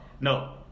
No